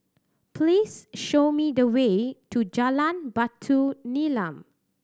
please show me the way to Jalan Batu Nilam